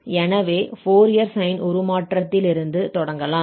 எனவே Fourier sine உருமாற்றத்திலிருந்து தொடங்கலாம்